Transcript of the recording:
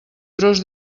tros